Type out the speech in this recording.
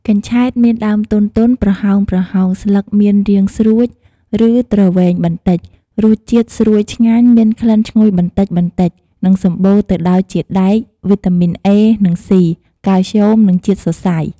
កញ្ឆែតមានដើមទន់ៗ ប្រហោងៗ ស្លឹកមានរាងស្រួច ឬទ្រវែងបន្តិច រសជាតិស្រួយឆ្ងាញ់ មានក្លិនឈ្ងុយបន្តិចៗ និងសម្បូរទៅដោយជាតិដែក វីតាមីនអេ និងស៉ី កាល់ស្យូម និងជាតិសរសៃ។